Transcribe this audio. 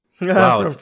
Wow